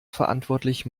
verantwortlich